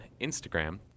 Instagram